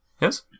yes